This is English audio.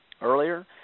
earlier